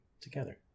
together